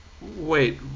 Wait